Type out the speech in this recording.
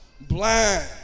blind